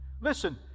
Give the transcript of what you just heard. Listen